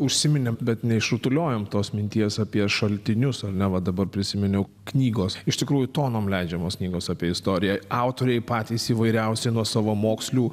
užsiminėm bet ne išrutuliojom tos minties apie šaltinius ar ne va dabar prisiminiau knygos iš tikrųjų tonom leidžiamos knygos apie istoriją autoriai patys įvairiausi nuo savamokslių